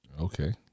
Okay